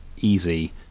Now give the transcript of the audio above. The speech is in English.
easy